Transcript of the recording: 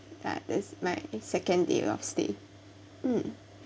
like that's my second day of stay mm